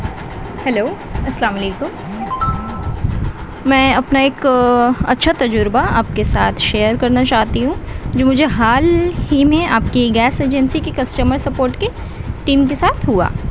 hello السلام علیکم میں اپنا ایک اچھا تجربہ آپ کے ساتھ شیئر کرنا چاہتی ہوں جو مجھے حال ہی میں آپ کی گیس ایجنسی کے کسٹمر سپورٹ کی ٹیم کے ساتھ ہوا